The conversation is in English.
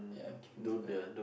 yeah I'm keeping my guard up